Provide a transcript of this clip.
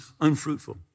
unfruitful